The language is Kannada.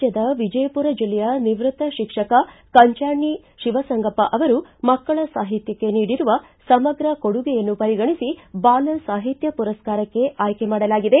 ರಾಜ್ಯದ ವಿಜಯಪುರ ಜಿಲ್ಲೆಯ ನಿವೃತ್ತ ಶಿಕ್ಷಕ ಕಂಚ್ಯಾಣಿ ಶಿವಸಂಗಪ್ಪ ಅವರು ಮಕ್ಕಳ ಸಾಹಿತ್ಯಕ್ಷೆ ನೀಡಿರುವ ಸಮಗ್ರ ಕೊಡುಗೆಯನ್ನು ಪರಿಗಣಿಸಿ ಬಾಲ ಸಾಹಿತ್ಯ ಪುರಸ್ಕಾರಕ್ಕೆ ಆಯ್ಕೆ ಮಾಡಲಾಗಿದೆ